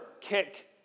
kick